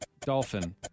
dolphin